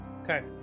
Okay